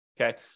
Okay